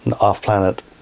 off-planet